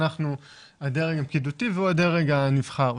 אנחנו הדרג הפקידותי והוא הדרג הנבחר.